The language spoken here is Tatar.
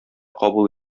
кабул